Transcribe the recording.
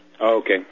okay